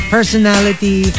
Personality